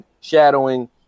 shadowing